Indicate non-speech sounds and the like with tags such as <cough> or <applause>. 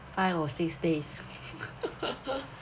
five or six days <laughs>